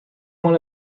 one